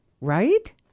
right